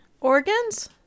Organs